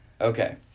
Okay